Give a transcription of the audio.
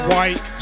White